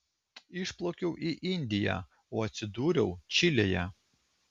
išplaukiau į indiją o atsidūriau čilėje